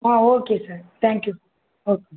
ஆ okay sir thank you ஓகேங்க